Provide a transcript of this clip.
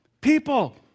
People